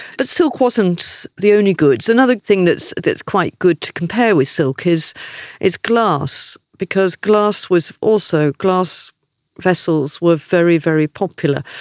but silk wasn't the only goods. another thing that's that's quite good to compare with silk is is glass because glass was also, glass vessels were very, very popular.